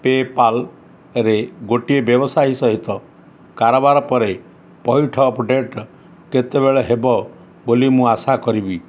ପେପାଲ୍ରେ ଗୋଟିଏ ବ୍ୟବସାୟୀ ସହିତ କାରବାର ପରେ ପଇଠ ଅପଡ଼େଟ୍ କେତେବେଳେ ହେବ ବୋଲି ମୁଁ ଆଶା କରିବି